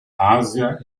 asia